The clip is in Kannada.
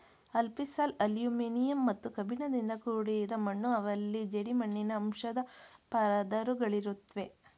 ಅಲ್ಫಿಸಾಲ್ ಅಲ್ಯುಮಿನಿಯಂ ಮತ್ತು ಕಬ್ಬಿಣದಿಂದ ಕೂಡಿದ ಮಣ್ಣು ಅವಲ್ಲಿ ಜೇಡಿಮಣ್ಣಿನ ಅಂಶದ್ ಪದರುಗಳಿರುತ್ವೆ